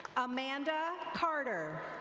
amanda carter.